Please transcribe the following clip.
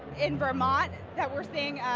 in vermont, that we are seeing,